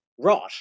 rot